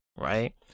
Right